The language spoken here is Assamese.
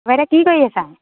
তাৰপৰা কি কৰি আছা